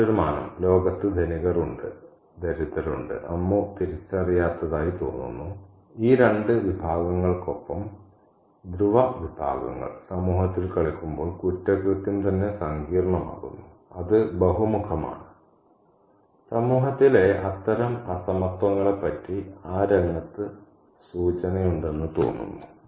ആ മറ്റൊരു മാനം ലോകത്ത് ധനികർ ഉണ്ട് ദരിദ്രർ ഉണ്ട് അമ്മു തിരിച്ചറിയാത്തതായി തോന്നുന്നു ഈ രണ്ട് വിഭാഗങ്ങൾക്കൊപ്പം ധ്രുവ വിഭാഗങ്ങൾ സമൂഹത്തിൽ കളിക്കുമ്പോൾ കുറ്റകൃത്യം തന്നെ സങ്കീർണമാകുന്നു അത് ബഹുമുഖമാണ് സമൂഹത്തിലെ അത്തരം അസമത്വങ്ങളെ പറ്റി ആ രംഗത് സൂചനയുണ്ടെന്ന് തോന്നുന്നു